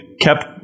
kept